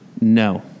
no